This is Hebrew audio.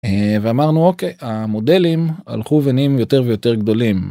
ואמרנו אוקיי המודלים הלכו ונהיים יותר ויותר גדולים.